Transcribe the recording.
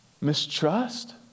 mistrust